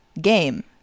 Game